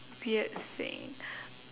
weird thing